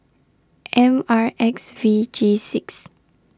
M R X V G six